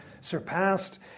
surpassed